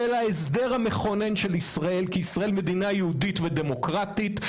ההסדר המכונן של ישראל כמדינה יהודית ודמוקרטית,